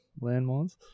landmines